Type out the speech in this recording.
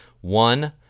One